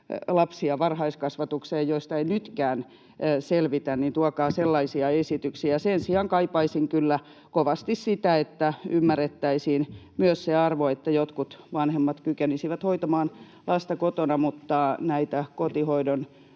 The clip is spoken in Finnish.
lapsia varhaiskasvatukseen, josta ei nytkään selvitä, niin tuokaa sellaisia esityksiä. Sen sijaan kaipaisin kyllä kovasti, että ymmärrettäisiin myös sen arvo, että jotkut vanhemmat kykenisivät hoitamaan lasta kotona, mutta näistä kotihoidon